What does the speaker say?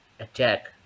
attack